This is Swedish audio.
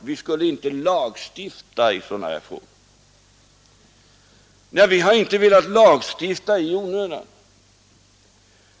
Vi skulle inte lagstifta i sådana här frågor. 14 december 1972 Vi har inte velat lagstifta i onödan.